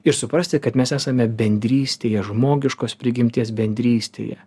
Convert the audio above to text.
ir suprasti kad mes esame bendrystėje žmogiškos prigimties bendrystėje